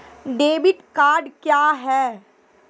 Debit card क्या हैं?